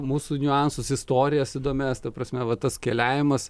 mūsų niuansus istorijas įdomias ta prasme va tas keliavimas